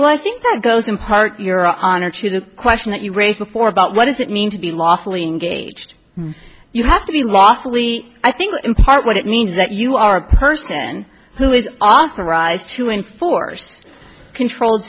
well i think that goes in part your honor to the question that you raised before about what does it mean to be lawfully engaged you have to be lawfully i think in part what it means that you are a person who is authorized to enforce controlled